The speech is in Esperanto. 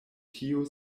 tiu